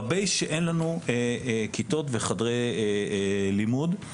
שאין לנו כיתות וחדרי לימוד.